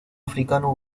africano